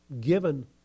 given